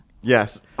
Yes